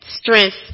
strength